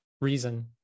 reason